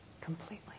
completely